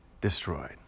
destroyed